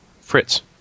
Fritz